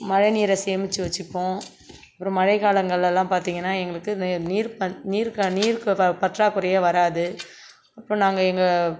மழை நீரை சேமித்து வச்சுப்போம் அப்புறம் மழை காலங்களில்லாம் பார்த்திங்கன்னா எங்களுக்கு நீர் ப நீர் க நீர் ப பற்றாக்குறையே வராது அப்புறம் நாங்கள் எங்கள்